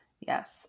Yes